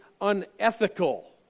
unethical